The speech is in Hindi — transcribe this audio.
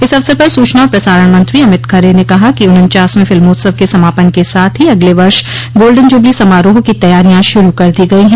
इस अवसर पर सूचना और प्रसारण मंत्री अमित खरे ने कहा कि उनन्चासवें फिल्मोत्सव के समापन के साथ ही अगले वर्ष गोल्डेन जुबली समारोह की तैयारियां शुरू कर दी गई है